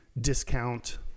discount